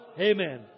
Amen